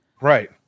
Right